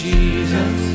Jesus